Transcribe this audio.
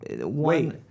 Wait